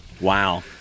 Wow